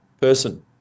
person